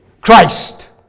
Christ